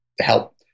help